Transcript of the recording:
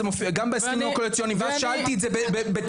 זה מופיע גם בהסכמים הקואליציוניים ושאלתי את זה באוצר,